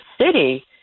city